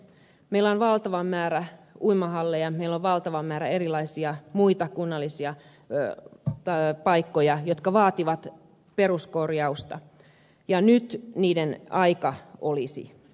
meillä on valtava määrä uimahalleja meillä on valtava määrä erilaisia muita kunnallisia paikkoja jotka vaativat peruskorjausta ja nyt niiden aika olisi